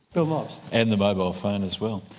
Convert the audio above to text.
bill mobbs. and the mobile phone as well.